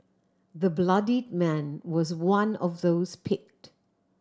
the bloodied man was one of those picked